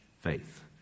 faith